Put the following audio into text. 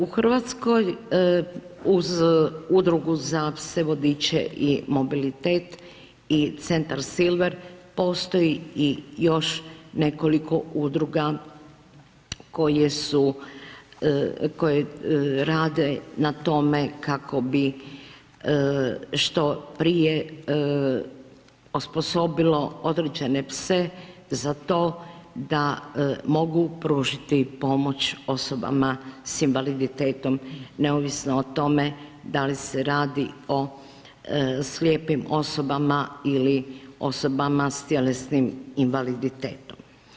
U Hrvatskoj uz Udrugu za pse vodiče i mobilitet i Centar Silver postoji i još nekoliko udruga koje su, koje rade na tome kako bi što prije osposobilo određene pse za to da mogu pružiti pomoć osobama s invaliditetom, neovisno o tome da li se radi o slijepim osobama ili osobama s tjelesnim invaliditetom.